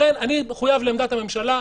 לכן, אני מחויב לעמדת הממשלה.